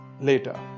later